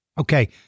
Okay